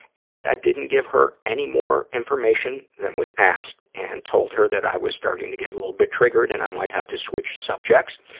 and i didn't give her any more information than was asked and told her that i was starting to get a little bit triggered and i might have to switch subjects,